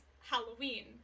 Halloween